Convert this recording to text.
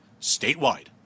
statewide